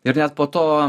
ir net po to